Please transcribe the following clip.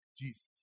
Jesus